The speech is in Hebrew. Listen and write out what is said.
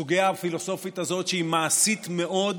הסוגיה הפילוסופית הזאת, שהיא מעשית מאוד,